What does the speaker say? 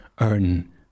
earn